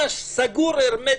סגור הרמטית.